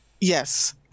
Yes